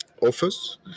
office